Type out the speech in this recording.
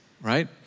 right